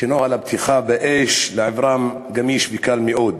שנוהל הפתיחה באש לעברן גמיש וקל מאוד.